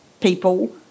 people